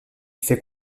fait